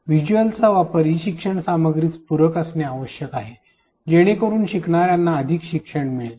व्हिज्युअलचा वापर ई शिक्षण सामग्रीस पूरक असणे आवश्यक आहे जेणेकरुन शिकणा यांना अधिक शिक्षण मिळेल